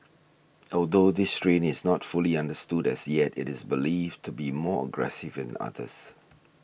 although this strain is not fully understood as yet it is believed to be more aggressive than others